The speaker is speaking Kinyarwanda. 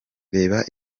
reba